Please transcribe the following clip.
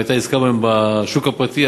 אם זו הייתה עסקה בשוק הפרטי,